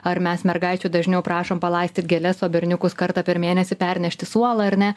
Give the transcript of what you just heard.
ar mes mergaičių dažniau prašom palaistyt gėles o berniukus kartą per mėnesį pernešti suolą ar ne